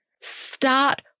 Start